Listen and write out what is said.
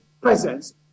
presence